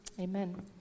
amen